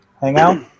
Hangout